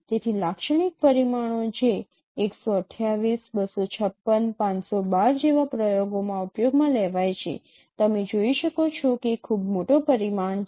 તેથી લાક્ષણિક પરિમાણો જે ૧૨૮ ૨૫૬ ૫૧૨ જેવા પ્રયોગોમાં ઉપયોગમાં લેવાય છે તમે જોઈ શકો છો કે ખૂબ મોટો પરિમાણ છે